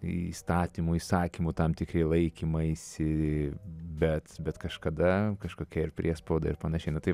įstatymų įsakymų tam tikri laikymaisi bet bet kažkada kažkokia ir priespauda ir panašiai nu tai